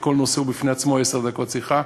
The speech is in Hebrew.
וכל נושא הוא בפני עצמו עשר דקות שיחה.